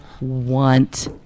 want